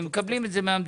הם מקבלים את זה מהמדינה.